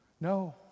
No